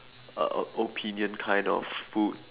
a opinion kind of food